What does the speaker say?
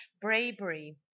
bravery